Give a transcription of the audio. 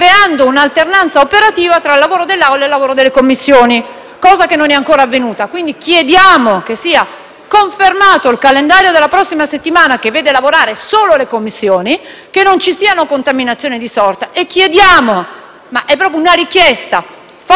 creando un'alternanza operativa tra il lavoro dell'Assemblea e quello delle Commissioni, cosa che non è ancora avvenuta. Chiediamo quindi che sia confermato il calendario della prossima settimana, che vede lavorare solo le Commissioni, che non ci siano contaminazioni di sorta e chiediamo con forza alle componenti